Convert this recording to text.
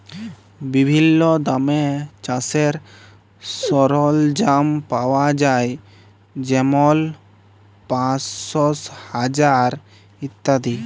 বিভিল্ল্য দামে চাষের সরল্জাম পাউয়া যায় যেমল পাঁশশ, হাজার ইত্যাদি